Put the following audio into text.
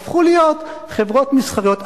הפכו להיות חברות מסחריות.